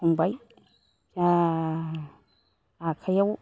हमबाय जा आखाइआव